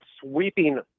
sweeping